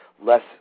less